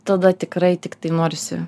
tada tikrai tiktai norisi